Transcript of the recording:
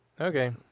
Okay